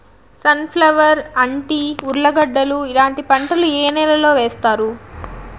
Sun flower, అంటి, ఉర్లగడ్డలు ఇలాంటి పంటలు ఏ నెలలో వేస్తారు?